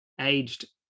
aged